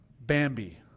Bambi